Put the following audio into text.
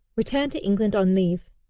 returned to england on leave.